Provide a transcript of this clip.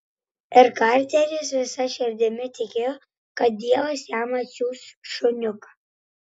ir karteris visa širdimi tikėjo kad dievas jam atsiųs šuniuką